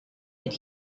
that